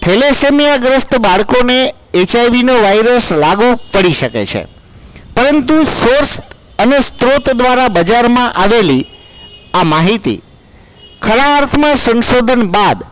thalassemia ગ્રસ્ત બાળકોને HIV નો વાઈરસ લાગું પડી શકે છે પરંતુ સ્ત્રોત અને સોર્સ દ્વારા બજારમાં આવેલી આ માહિતી ખરા અર્થમાં સંશોધન બાદ